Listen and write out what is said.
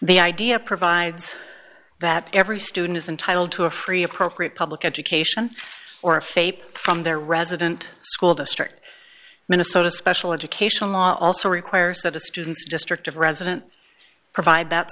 the idea provides that every student is entitled to a free appropriate public education or faith from their resident school district minnesota special education law also requires that a student's district of resident provide that